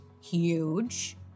huge